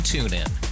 TuneIn